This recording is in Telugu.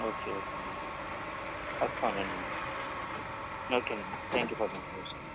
ఓకే ఓకే అండి వస్తాములే అండి ఓకే అండి thank you for the information